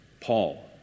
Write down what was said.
Paul